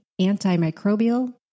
antimicrobial